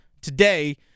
today